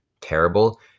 terrible